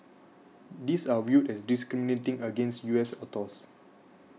these are viewed as discriminating against U S autos